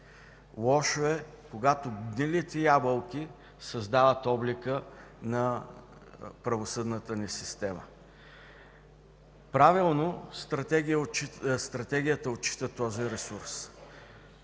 Лошо е, когато „гнилите ябълки” създават облика на правосъдната ни система. Правилно Стратегията отчита този ресурс